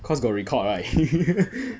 cause got record right